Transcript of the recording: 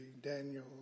Daniel